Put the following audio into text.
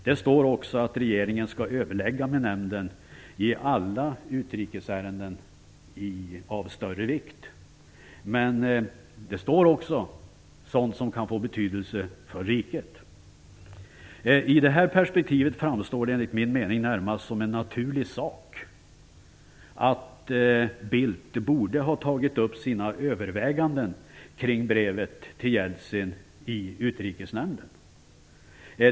Det står där att regeringen skall överlägga med nämnden i alla utrikesärenden av större vikt men också att man skall överlägga om sådant som kan få betydelse för riket. I det här perspektivet framstår det enligt min mening närmast som en naturlig sak att Bildt borde ha tagit upp i sina överväganden kring brevet till Jeltsin i Utrikesnämnden.